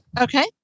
Okay